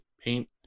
paint